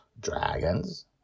Dragons